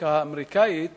והפוליטיקה האמריקניות